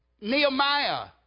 Nehemiah